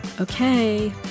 Okay